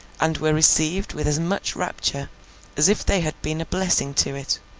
and were received with as much rapture as if they had been a blessing to it